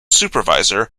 supervisor